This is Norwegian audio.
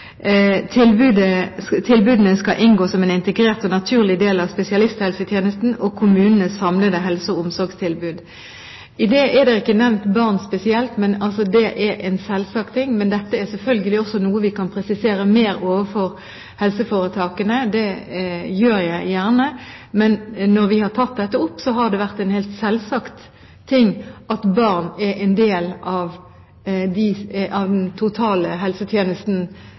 Tilbudene skal inngå som en integrert og naturlig del av spesialisthelsetjenesten og kommunens samlede helse- og omsorgstilbud.» I det er det ikke nevnt barn spesielt, men det er en selvsagt ting. Men dette er selvfølgelig også noe vi kan presisere mer overfor helseforetakene, det gjør jeg gjerne. Når vi har tatt dette opp, har det vært en helt selvsagt ting at barn skal ivaretas som en del av den totale helsetjenesten.